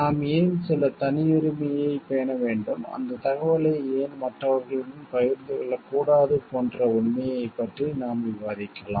நாம் ஏன் சில தனியுரிமையைப் பேண வேண்டும் அந்தத் தகவலை ஏன் மற்றவர்களுடன் பகிர்ந்து கொள்ளக்கூடாது போன்ற உண்மையைப் பற்றி நாம் விவாதிக்கலாம்